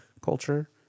culture